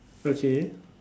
okay